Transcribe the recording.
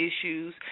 issues